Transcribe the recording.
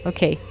Okay